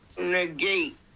negate